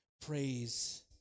praise